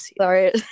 Sorry